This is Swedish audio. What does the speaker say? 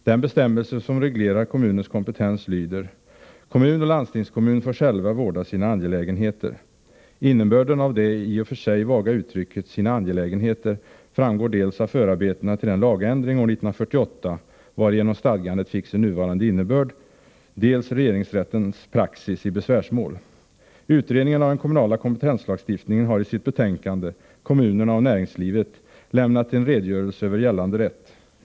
Den bestämmelse som reglerar kommuns kompetens lyder: ”Kommun och landstingskommun får själva vårda sina angelägenheter.” Innebörden av det i och för sig vaga uttrycket ”sina angelägenheter” framgår dels av förarbetena till den lagändring år 1948 varigenom stadgandet fick sin nuvarande innebörd, dels av regeringsrättens praxis i besvärsmål. Utredningen av den kommunala kompetenslagstiftningen har i sitt betänkande Kommunerna och näringslivet lämnat en redogörelse över gällande rätt.